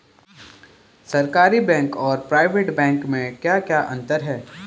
सरकारी बैंक और private bank में क्या क्या अंतर हैं?